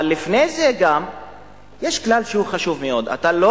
אבל לפני זה יש כלל שהוא חשוב מאוד: אתה לא